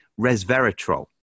Resveratrol